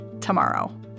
tomorrow